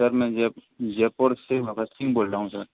sir मैं जयपुर से भगत सिंह बोल रहा हूँ सर